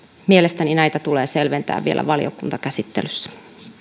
mielestäni näitä tulee selventää vielä valiokuntakäsittelyssä